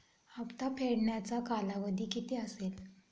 हप्ता फेडण्याचा कालावधी किती असेल?